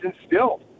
instilled